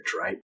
right